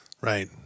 Right